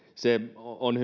on